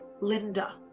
Linda